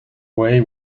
way